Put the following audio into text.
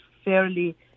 fairly